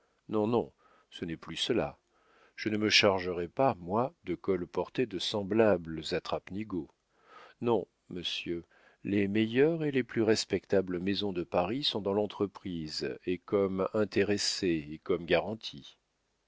non non ce n'est plus cela je ne me chargerais pas moi de colporter de semblables attrape nigauds non monsieur les meilleures et les plus respectables maisons de paris sont dans l'entreprise et comme intéressées et comme garantie